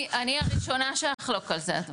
אני הראשונה שאחלוק על זה אדוני.